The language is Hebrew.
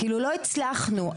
לא הצלחנו,